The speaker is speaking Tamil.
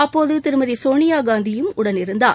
அப்போது திருமதி சோனியாகாந்தியும் உடனிருந்தார்